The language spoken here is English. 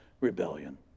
rebellion